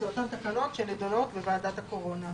אלה אותן תקנות שנידונות בוועדת הקורונה.